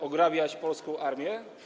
Ograbiać polską armię?